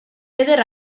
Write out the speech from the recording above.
eder